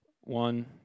one